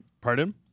pardon